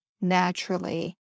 naturally